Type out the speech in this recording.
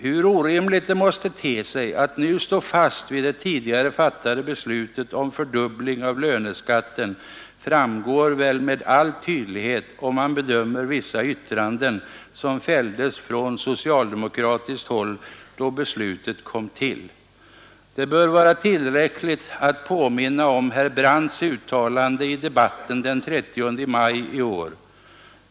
Hur orimligt det måste te sig att nu stå fast vid det tidigare fattade beslutet om fördubbling av löneskatten framgår väl med all tydlighet om man bedömer vissa yttranden som fälldes från socialdemokratiskt håll då beslutet kom till. Det bör vara tillräckligt att påminna om herr Brandts uttalanden i debatten den 30 maj i år.